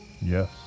Yes